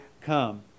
come